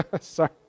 Sorry